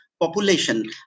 population